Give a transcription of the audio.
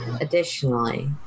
Additionally